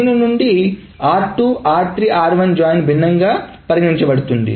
అలానే నుండి భిన్నంగా పరిగణించబడుతుంది